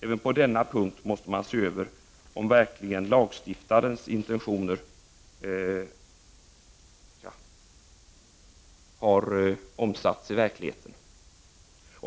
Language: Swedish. Även på detta område måste man se över om lagstiftarens intentioner har omsatts i verkligheten.